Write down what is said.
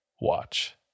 watch